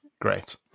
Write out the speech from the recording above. great